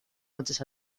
noches